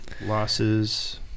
Losses